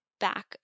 back